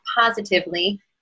Positively